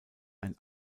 ein